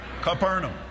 Capernaum